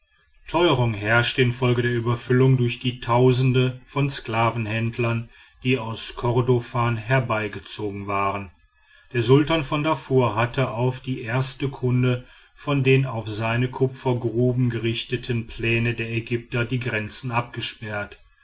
teuerung herrschte infolge der überfüllung durch die tausende von sklavenhändlern die aus kordofan herbeigezogen waren der sultan von darfur hatte auf die erste kunde von den auf seine kupfergruben gerichteten plänen der ägypter die grenze abgesperrt